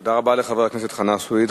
תודה רבה לחבר הכנסת חנא סוייד.